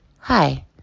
Hi